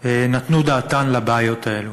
נתנו את הדעת על הבעיות האלה.